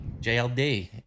JLD